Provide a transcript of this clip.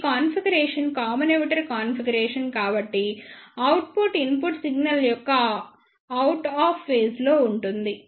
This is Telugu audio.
ఈ కాన్ఫిగరేషన్ కామన్ ఎమిటర్ కాన్ఫిగరేషన్ కాబట్టి అవుట్పుట్ ఇన్పుట్ సిగ్నల్ యొక్క అవుట్ ఆఫ్ ఫేజ్ లో ఉంటుంది